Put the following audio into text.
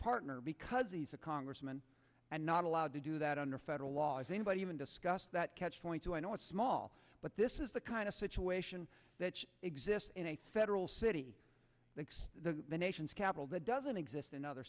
partner because he's a congressman and not allowed to do that under federal law is anybody even discuss that catch twenty two i know it's small but this is the kind of situation that exists in a federal city thanks to the nation's capital that doesn't exist in other